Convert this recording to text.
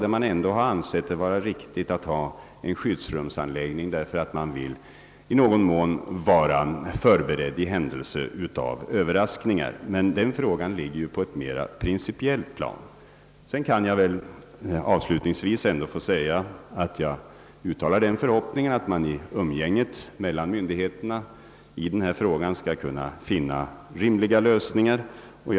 Men man har ändå ansett det riktigt att ordna skyddsrum, eftersom man vill i någon mån vara förberedd i händelse av överraskningar. Den frågan ligger dock som sagt på ett mera principiellt plan. Avslutningsvis vill jag uttala den förhoppningen, att man i umgänget myndigheterna emellan skall kunna finna rimliga lösningar i denna fråga.